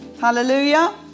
Hallelujah